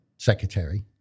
Secretary